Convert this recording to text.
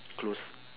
close